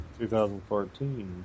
2014